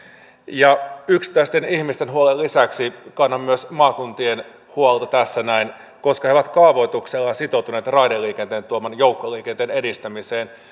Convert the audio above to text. ja yksittäisten ihmisten huolen lisäksi kannan myös maakuntien huolta tässä näin koska he ovat kaavoituksella sitoutuneet raideliikenteen tuoman joukkoliikenteen edistämiseen